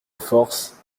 force